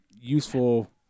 useful